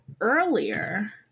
earlier